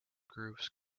grooves